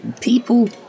people